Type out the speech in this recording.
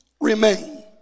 remain